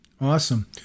Awesome